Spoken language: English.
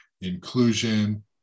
inclusion